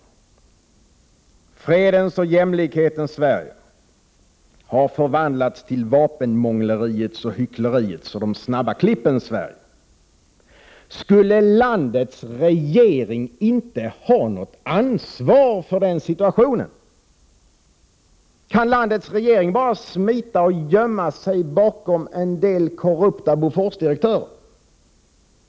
Fredens och jämlikhetens Sverige har förvandlats till vapenmångleriets, hyckleriets och de snabba klippens Sverige. Skulle landets regering inte ha något ansvar för situationen? Kan landets regering bara smita och gömma sig bakom en del korrupta Boforsdirektörer?